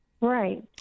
Right